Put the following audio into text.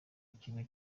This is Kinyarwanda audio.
ikigo